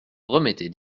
remettez